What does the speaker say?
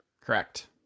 Correct